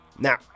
Now